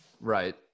Right